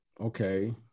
okay